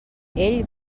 ell